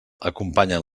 acompanyen